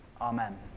Amen